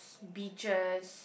beaches